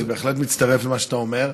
אני מצטרף, אני בהחלט מצטרף למה שאתה אומר.